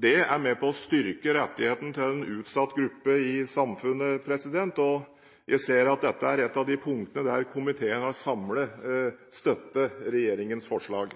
Det er med på å styrke rettigheten til en utsatt gruppe i samfunnet, og jeg ser at dette er et av de punktene der komiteen samlet har støttet regjeringens forslag.